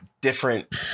different